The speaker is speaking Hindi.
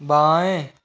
बाएं